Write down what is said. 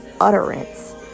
utterance